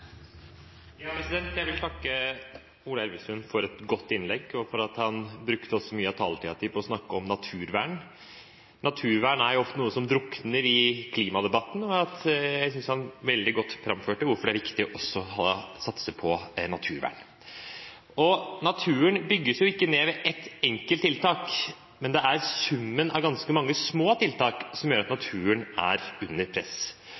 for at han brukte mye av taletiden sin til å snakke om naturvern. Naturvern er jo ofte noe som drukner i klimadebatten, og jeg synes han veldig godt framførte hvorfor det er viktig også å satse på naturvern. Naturen bygges jo ikke ned med ett enkelt tiltak, det er summen av ganske mange små tiltak som gjør at naturen er under press.